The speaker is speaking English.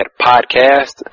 Podcast